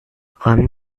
räum